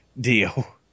deal